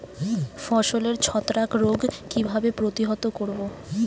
ফসলের ছত্রাক রোগ কিভাবে প্রতিহত করব?